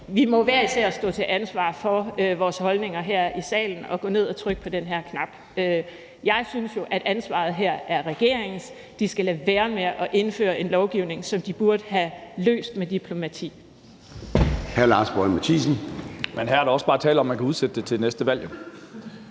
Vi må hver især stå til ansvar for vores holdninger her i salen og gå ned og trykke på den her knap. Jeg synes jo, at ansvaret her er regeringens. De skal lade være med at indføre en lovgivning for noget, som de burde have løst med diplomati.